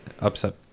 upset